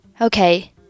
Okay